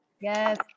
Yes